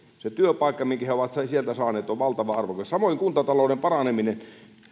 se työpaikka minkä he ovat sieltä saaneet on valtavan arvokas samoin kuntatalouden paraneminen